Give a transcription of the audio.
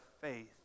faith